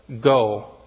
go